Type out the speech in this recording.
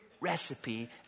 recipe